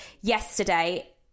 yesterday